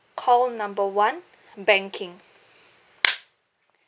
call number one banking